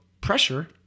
pressure